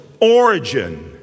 origin